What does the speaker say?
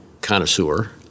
connoisseur